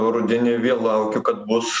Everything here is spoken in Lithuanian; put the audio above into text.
rudenį vėl laukiu kad bus